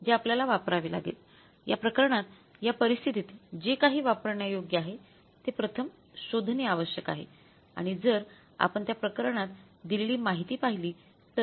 ते आपल्याला वापरावे लागेल या प्रकरणात या परिस्थितीत जे काही वापरण्या योग्य आहे ते प्रथम शोधणे आवश्यक आहे आणि जर आपण त्या प्रकरणात दिलेली माहिती पाहिली तर